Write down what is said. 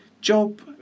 job